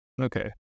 Okay